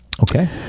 Okay